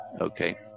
Okay